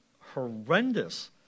horrendous